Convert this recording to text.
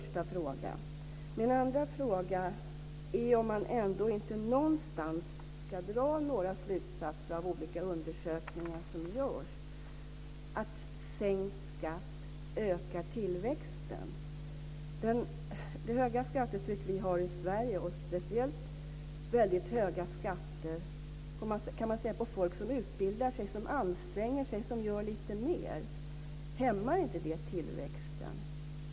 Ska man inte någonstans dra slutsatser av de olika undersökningar som görs att sänkt skatt ökar tillväxten? Det höga skattetryck vi har i Sverige - speciellt höga skatter på folk som utbildar sig, anstränger sig, som gör lite mer - hämmar inte det tillväxten?